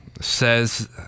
says